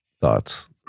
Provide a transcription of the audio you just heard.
Thoughts